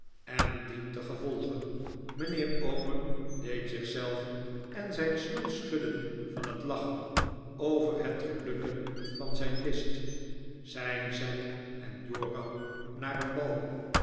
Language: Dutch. en dientengevolge mijnheer omer deed zich zelf en zijn stoel schudden van het lachen over het gelukken van zijn list zijn zij en joram naar een bal